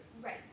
right